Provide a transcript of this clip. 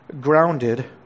grounded